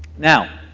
now,